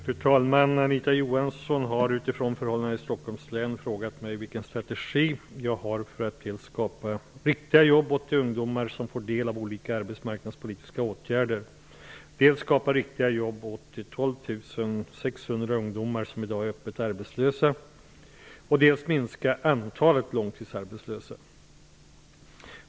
Fru talman! Anita Johansson har, utifrån förhållandena i Stockholms län, frågat mig vilken strategi jag har för att dels skapa riktiga jobb åt de ungdomar som får del av olika arbetsmarknadspolitiska åtgärder, dels skapa riktiga jobb åt de 12 600 ungdomar som i dag är öppet arbetslösa och dels minska antalet långtidsarbetslösa.